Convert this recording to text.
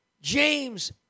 James